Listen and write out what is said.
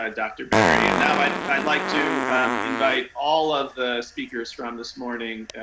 um dr. barry. and now i'd i'd like to invite all of the speakers from this morning,